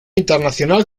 internacional